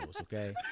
Okay